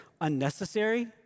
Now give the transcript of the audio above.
unnecessary